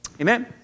Amen